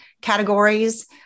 categories